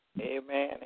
Amen